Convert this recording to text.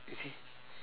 you see